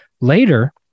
later